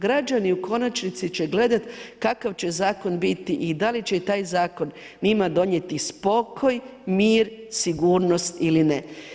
Građani u konačnici će gledati kakav će zakon biti i da li će taj zakon njima donijeti spokoj, mir, sigurnost ili ne.